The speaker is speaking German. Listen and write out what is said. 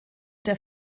der